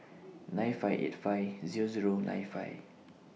nine five eight five Zero Zero nine five